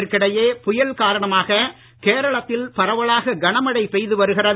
இதற்கிடையே புயல் காரணமாக கேரளத்தில் பரவலாக கனமழை பெய்து வருகிறது